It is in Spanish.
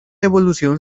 evolución